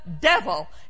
devil